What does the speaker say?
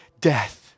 death